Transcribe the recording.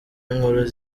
inkuru